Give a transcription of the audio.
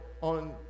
on